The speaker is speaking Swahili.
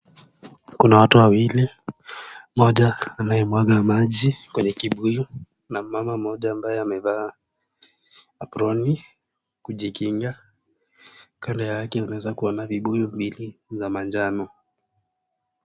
Kuna watu wawili, mmoja anayemwaga maji kwenye kibuyu na mama mmoja ambaye amevaa aproni kujikinga. Kando yake unaweza kuona vibuyu mbili za manjano.